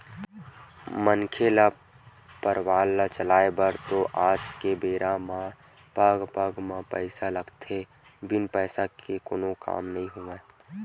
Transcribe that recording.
मनखे ल परवार ल चलाय बर तो आज के बेरा म पग पग म पइसा लगथे बिन पइसा के तो कोनो काम नइ होवय